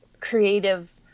creative